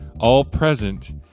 all-present